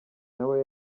nawe